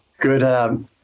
Good